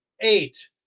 eight